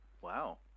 wow